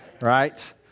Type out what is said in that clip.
right